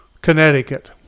Connecticut